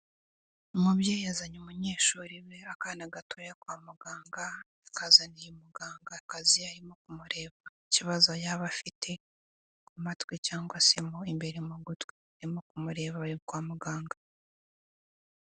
Umubyeyi yazanye umunyeshuri we akana gatoya kwa muganga, akazaniye umugangakazi arimo kumureba ikibazo yaba afite ku matwi cyangwa se mo imbere mu gutwi arimo kumureba ari kwa muganga.